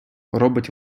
робить